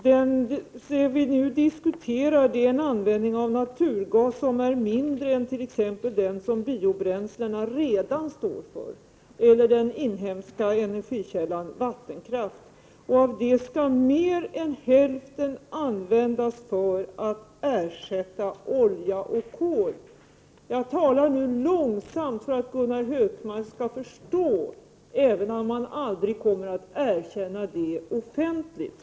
Vad vi nu diskuterar är användningen av naturgas som är mindre än t.ex. användningen av biobränslen eller den inhemska energikällan vattenkraft. Mer än hälften skall användas för att ersätta olja och kol. Jag talar nu långsamt för att Gunnar Hökmark skall förstå detta — jag är dock klar över att han kanske aldrig kommer att erkänna det offentligt. Prot.